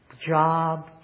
Job